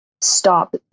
stop